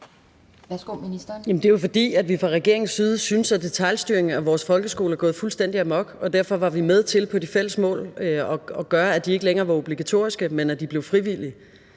det er jo, fordi vi fra regeringens side synes, at detailstyringen af vores folkeskoler er gået fuldstændig amok, og derfor var vi med til at gøre, at de fælles mål ikke længere var obligatoriske, men at de blev frivillige.